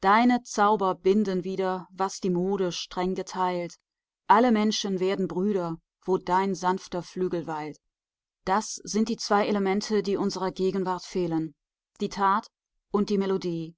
deine zauber binden wieder was die mode streng geteilt alle menschen werden brüder wo dein sanfter flügel weilt das sind die zwei elemente die unserer gegenwart fehlen die tat und die melodie